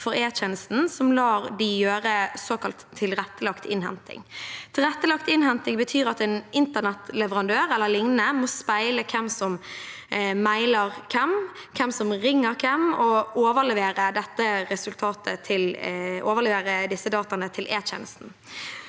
for Etjenesten som lar dem gjøre såkalt tilrettelagt innhen ting. Tilrettelagt innhenting betyr at en internettleverandør e.l. må speile hvem som mailer hvem, hvem som ringer hvem, og overleverer disse dataene til E-tjenesten